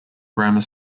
grammar